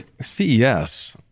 CES